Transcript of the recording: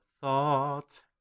thought